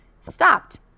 stopped